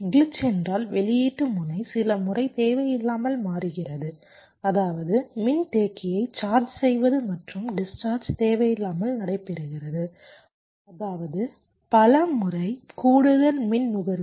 glitch என்றால் வெளியீட்டு முனை சில முறை தேவையில்லாமல் மாறுகிறது அதாவது மின்தேக்கியை சார்ஜ் செய்வது மற்றும் டிஸ்சார்ஜ் தேவையில்லாமல் நடைபெறுகிறது அதாவது பல முறை கூடுதல் மின் நுகர்வு